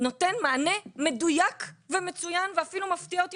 נותן מענה מדויק ומצוין, ואפילו מפתיע אותי.